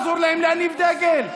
אסור להם להניף דגל?